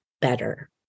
better